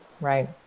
right